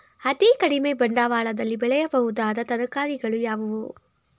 ಅತೀ ಕಡಿಮೆ ಬಂಡವಾಳದಲ್ಲಿ ಬೆಳೆಯಬಹುದಾದ ತರಕಾರಿಗಳು ಯಾವುವು?